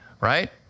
right